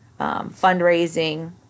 fundraising